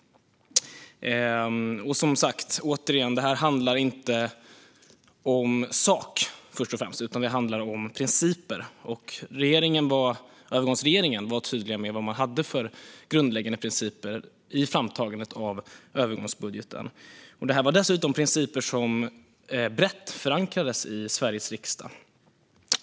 Återigen handlar det inte om sak först och främst utan om principer. Övergångsregeringen var tydlig med vad man hade för grundläggande principer i framtagandet av övergångsbudgeten. Det var dessutom principer som brett förankrades i Sveriges riksdag.